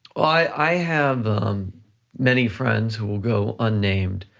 i have many friends who will go unnamed,